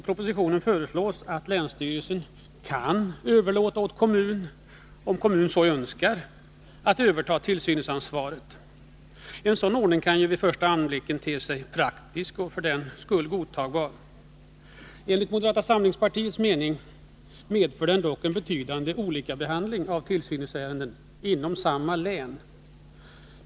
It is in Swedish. I propositionen läggs det fram ett förslag om att länsstyrelsen skall kunna överlåta tillsynsansvaret åt kommunen, om kommunen så önskar. En sådan ordning kan vid första anblicken te sig praktisk och för den skull godtagbar. Enligt moderata samlingspartiets mening medför den dock betydande skillnader i behandlingen av tillsynsärenden inom samma län.